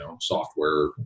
software